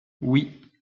oui